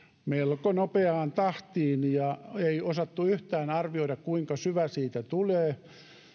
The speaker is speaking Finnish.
melko nopeaan tahtiin ja ei osattu yhtään arvioida kuinka syvä siitä tulee